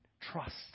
trust